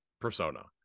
persona